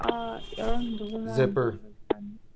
ꯌꯥꯎꯔꯝꯒꯗꯧꯕ ꯃꯥꯟꯗꯦ ꯍꯧꯖꯤꯛꯀꯥꯟꯗꯤ